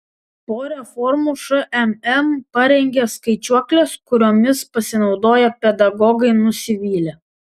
po reformų šmm parengė skaičiuokles kuriomis pasinaudoję pedagogai nusivylė